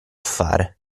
fare